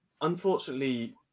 Unfortunately